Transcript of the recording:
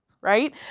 right